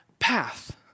path